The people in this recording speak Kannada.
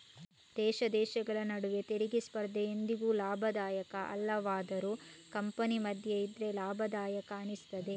ದೇಶ ದೇಶಗಳ ನಡುವೆ ತೆರಿಗೆ ಸ್ಪರ್ಧೆ ಎಂದಿಗೂ ಲಾಭದಾಯಕ ಅಲ್ಲವಾದರೂ ಕಂಪನಿ ಮಧ್ಯ ಇದ್ರೆ ಲಾಭದಾಯಕ ಅನಿಸ್ತದೆ